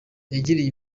yagiriye